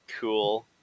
cool